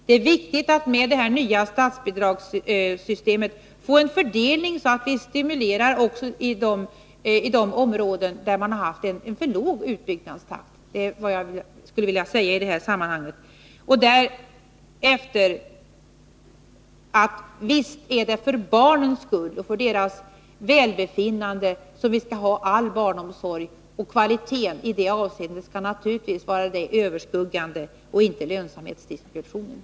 Det är angeläget att vi med detta nya statsbidragssystem får en sådan fördelning att vi skapar stimulans också i de områden där man har haft en för låg utbyggnadstakt. Visst är det för barnens skull och för deras välbefinnande som vi skall ha all barnomsorg. Kvaliteten skall i det avseendet naturligtvis vara det överskuggande — inte lönsamhetsdiskussionen.